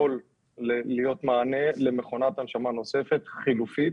להיות מענה למכונת הנשמה נוספת חלופית.